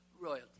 royalty